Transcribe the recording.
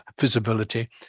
visibility